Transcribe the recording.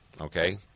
Okay